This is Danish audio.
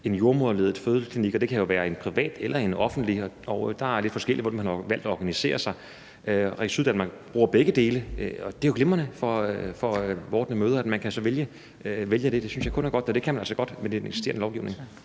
en jordemoderledet fødeklinik, og det kan jo være en privat eller en offentlig. Det er lidt forskelligt, hvordan man har valgt at organisere sig. Region Syddanmark bruger begge dele, og det er jo glimrende for vordende mødre, at man så kan vælge det. Det synes jeg kun er godt, og det kan man altså godt med den eksisterende lovgivning.